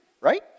right